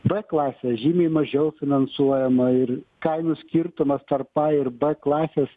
b klasė žymiai mažiau finansuojama ir kainų skirtumas tarp a ir b klasės